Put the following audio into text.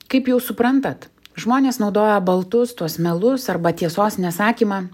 kaip jūs suprantat žmonės naudojo baltus tuos melus arba tiesos nesakymą